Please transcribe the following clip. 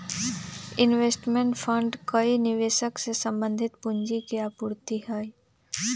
investment fund कई निवेशक से संबंधित पूंजी के आपूर्ति हई